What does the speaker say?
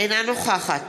אינה נוכחת